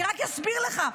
אני רק אסביר לך.